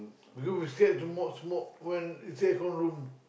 because we still have to not smoke when it's air con room